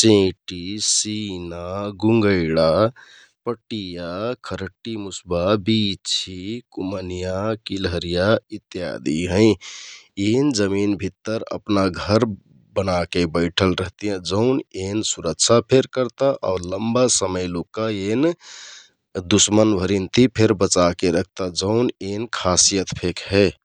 चेंटि, सिना, गुगैंडा, पटिया, खरहट्टि मुसबा, बिछि, कुम्हनियाँ, किलहरिया इत्यादि हैं । एन जमिन भित्तर अपना घर बनाके बैठल रहतियाँ । जौन एन सुरक्षा फेर करता आउर लम्बा समय लुक्का एन दुस्मनभरिन ते फेक बचाके रखता । जौन एन खासियत फेर हे ।